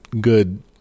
good